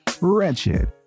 wretched